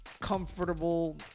Comfortable